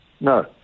no